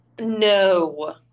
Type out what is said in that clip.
no